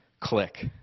Click